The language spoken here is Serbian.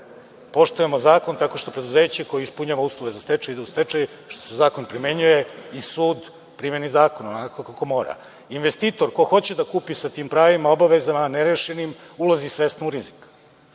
Poštujemo zakon tako što preduzeće koje ispunjava uslove za stečaj ide u stečaj, što se zakon primenjuje i sud primeni zakon onako kako mora. Investitor, ko hoće da kupi sa tim pravima i obavezama nerešenim ulazi svesno u rizik.